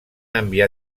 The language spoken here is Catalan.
enviar